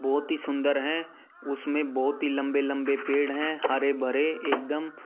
बहुत ही सुंदर हैं उसमें बहुत ही लंबे लंबे पेड़ हैं हरे भरे एकदम